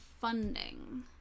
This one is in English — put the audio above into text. funding